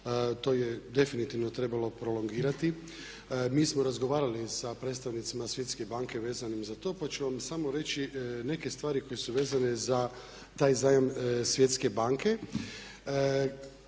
To je definitivno trebalo prolongirati. Mi smo razgovarali sa predstavnicima Svjetske banke vezanim za to pa ću vam samo reći neke stvari koje su vezane za taj zajam Svjetske banke.